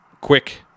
quick